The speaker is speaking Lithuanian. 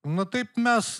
nu taip mes